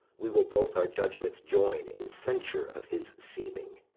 we will both our judgments join in censure of his seeming.